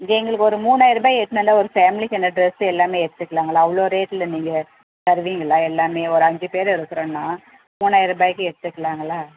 எங்களுக்கு ஒரு மூணாயிரருபா எடுத்துன்னு வந்தால் ஒரு ஃபேம்லிக்கான ட்ரெஸ்ஸு எல்லாமே எடுத்துக்கலாங்களா அவ்வளோ ரேட்ல நீங்கள் தருவீங்களா எல்லாமே ஒரு அஞ்சு பேர் இருக்குறோன்னா மூணாயிருபாய்க்கு எடுத்துக்கலாங்களா